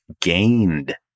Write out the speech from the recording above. gained